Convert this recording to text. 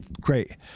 great